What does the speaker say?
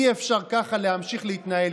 אי-אפשר ככה להמשיך להתנהל,